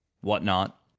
whatnot